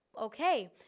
Okay